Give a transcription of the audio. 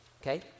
okay